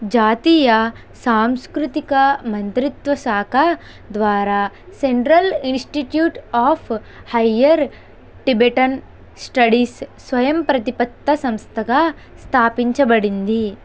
జాతీయ సాంస్కృతిక మంత్రిత్వ శాఖ ద్వారా central institute of higher Tibetan studies స్వయం ప్రతిపత్త సంస్థగా స్థాపించబడింది